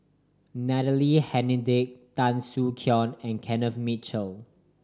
Natalie Hennedige Tan Soo Khoon and Kenneth Mitchell